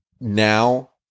now